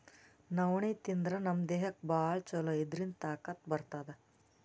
ನವಣಿ ತಿಂದ್ರ್ ನಮ್ ದೇಹಕ್ಕ್ ಭಾಳ್ ಛಲೋ ಇದ್ರಿಂದ್ ತಾಕತ್ ಬರ್ತದ್